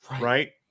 right